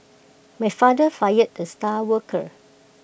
my father fired the star worker